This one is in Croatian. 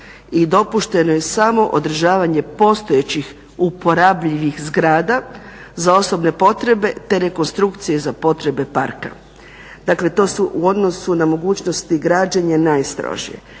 i dopušteno je samo održavanje postojećih uporabljivih zgrada za osobne potrebe te rekonstrukcije za potrebe parka. Dakle to su u odnosu na mogućnost i građenje najstrože.